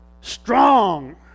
strong